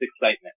excitement